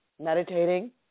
Meditating